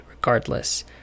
regardless